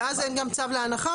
ואז אין גם צו להנחה,